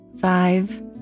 five